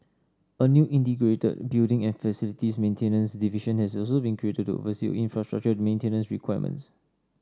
a new integrated building and facilities maintenance division has also been created to oversee infrastructure maintenance requirements